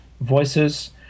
Voices